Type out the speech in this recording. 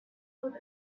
about